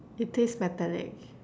it tastes metallic